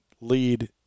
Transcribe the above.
lead